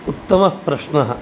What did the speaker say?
उतत्मः प्रश्नः